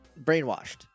Brainwashed